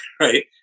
right